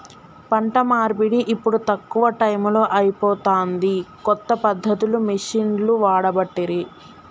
పంట నూర్పిడి ఇప్పుడు తక్కువ టైములో అయిపోతాంది, కొత్త పద్ధతులు మిషిండ్లు వాడబట్టిరి